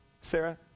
Sarah